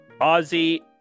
Ozzy